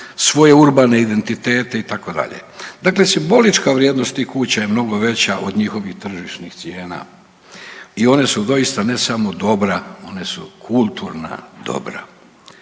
svoje urbane identitete itd., dakle simbolička vrijednost tih kuća je mnogo veća od njihovih tržišnih cijena i one su doista ne samo dobra, one su kulturna dobra.